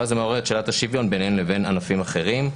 ואז זה מעורר את שאלת השוויון ביניהם לבין ענפים אחרים,